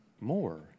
more